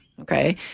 Okay